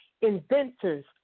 inventors